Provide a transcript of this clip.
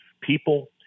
people